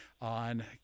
on